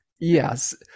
yes